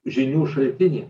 žinių šaltinį